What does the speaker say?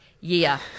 year